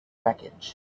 wreckage